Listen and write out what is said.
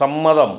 സമ്മതം